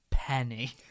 penny